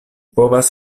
povas